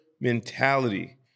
mentality